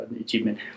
achievement